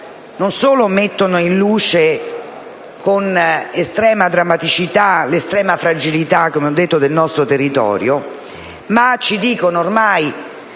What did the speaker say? non solo mettono in luce con drammaticità l'estrema fragilità del nostro territorio, ma ci dicono ormai